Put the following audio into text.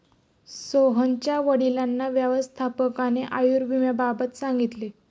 सोहनच्या वडिलांना व्यवस्थापकाने आयुर्विम्याबाबत सांगितले